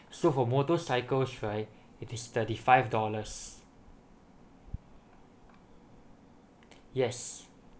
so for motorcycles right it is thirty five dollars yes